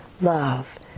love